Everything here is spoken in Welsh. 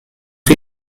chi